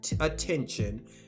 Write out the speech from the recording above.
attention